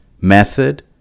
method